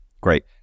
Great